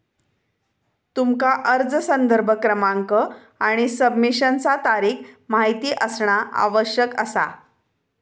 तुमका अर्ज संदर्भ क्रमांक आणि सबमिशनचा तारीख माहित असणा आवश्यक असा